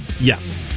Yes